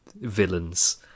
villains